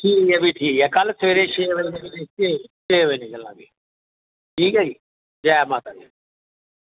ठीक ऐ फ्ही ठीक ऐ कल सबेरे छे बजे ठीक ऐ छे बजे जी ठीक ऐ जी जय माता दी